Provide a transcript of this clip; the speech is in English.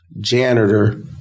janitor